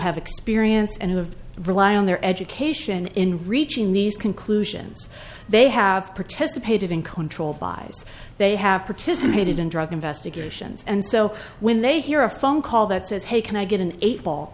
have experience and have rely on their education in reaching these conclusions they have participated in controlled by they have participated in drug investigations and so when they hear a phone call that says hey can i get an eight ball